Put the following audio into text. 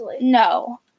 No